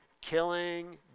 killing